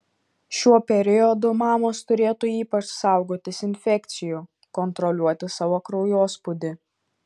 šiuo periodu mamos turėtų ypač saugotis infekcijų kontroliuoti savo kraujospūdį